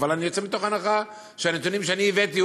אבל אני יוצא מתוך הנחה שהנתונים שאני הבאתי,